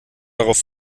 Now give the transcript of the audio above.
darauf